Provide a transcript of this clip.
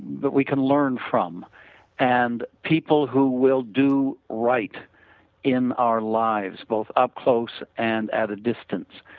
that we can learn from and people who will do right in our lives both up close and at a distance.